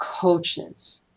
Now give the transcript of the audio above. coaches